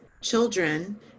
children